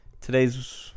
today's